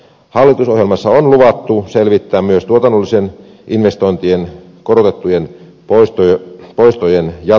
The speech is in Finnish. hallitusohjelmassa on luvattu selvittää myös tuotannollisten investointien korotettujen poistojen jatkotarve